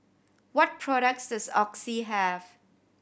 what products does Oxy have